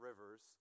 Rivers